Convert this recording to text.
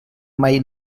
mai